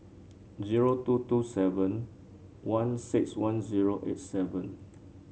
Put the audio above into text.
zero two two seven one six one zero eight seven